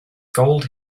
gold